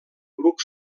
bruc